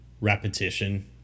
repetition